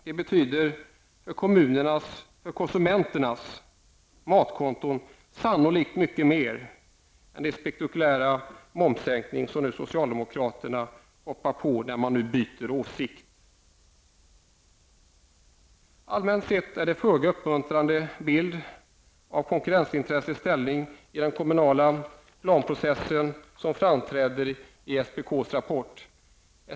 Det betyder sannolikt mycket mer för konsumenternas matkonton än den spektakulära momssänkning som socialdemokraterna har hakat på nu när man har bytt åsikt. Allmänt sett är det en föga uppmuntrande bild av konkurrensintressets ställning i den kommunala planprocessen som framträder i SPKs rapport.